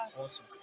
awesome